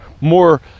more